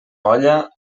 olla